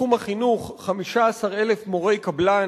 בתחום החינוך 15,000 מורי קבלן,